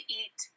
eat